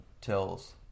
tells